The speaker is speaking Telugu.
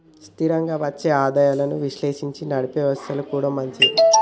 స్థిరంగా వచ్చే ఆదాయాలను విశ్లేషించి నడిపే వ్యవస్థలు కూడా మంచివే